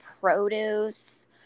produce